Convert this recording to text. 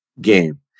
game